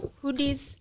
hoodies